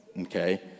Okay